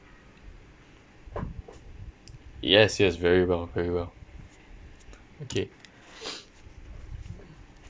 yes yes very well very well okay